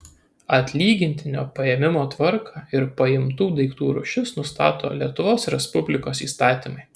atlygintinio paėmimo tvarką ir paimtinų daiktų rūšis nustato lietuvos respublikos įstatymai